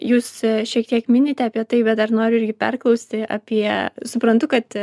jūs šiek tiek minite apie tai bet dar noriu irgi perklausti apie suprantu kad